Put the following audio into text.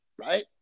right